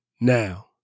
now